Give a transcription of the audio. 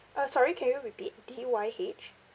uh sorry can you repeat D Y H